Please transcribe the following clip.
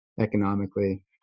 economically